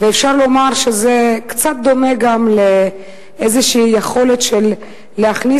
ואפשר לומר שזה קצת דומה גם לאיזושהי יכולת להכניס